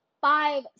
five